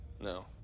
No